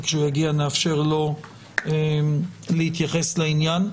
וכשהוא יגיע נאפשר לו להתייחס לעניין.